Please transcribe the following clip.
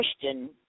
question